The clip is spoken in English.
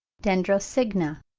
dendrocygna,